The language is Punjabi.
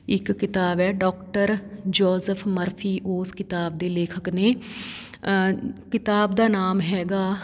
ਇੱਕ ਕਿਤਾਬ ਹੈ ਡੋਕਟਰ ਜੋਸਫ ਮਰਫੀ ਉਸ ਕਿਤਾਬ ਦੇ ਲੇਖਕ ਨੇ ਕਿਤਾਬ ਦਾ ਨਾਮ ਹੈਗਾ